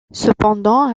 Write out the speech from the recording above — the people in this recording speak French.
cependant